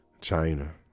China